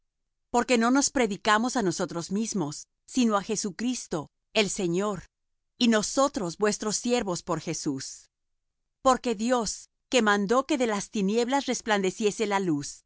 porque no nos predicamos á nosotros mismos sino á jesucristo el señor y nosotros vuestros siervos por jesús porque dios que mandó que de las tinieblas resplandeciese la luz